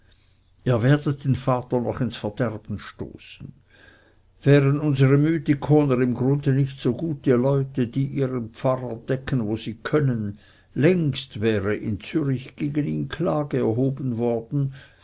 ihr werdet den vater noch ins verderben stoßen wären unsere mythikoner im grund nicht so gute leute die ihren pfarrer decken wo sie können längst wäre in zürich gegen ihn klage erhoben worden